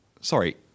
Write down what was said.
Sorry